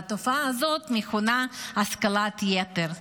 והתופעה הזאת מכונה "השכלת יתר"